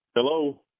Hello